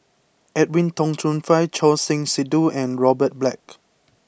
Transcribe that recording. Edwin Tong Chun Fai Choor Singh Sidhu and Robert Black